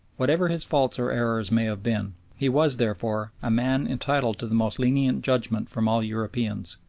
whatever his faults or errors may have been, he was therefore a man entitled to the most lenient judgment from all europeans.